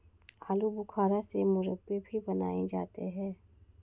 आलू बुखारा से मुरब्बे भी बनाए जाते हैं